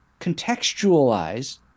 contextualize